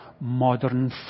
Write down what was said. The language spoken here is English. modern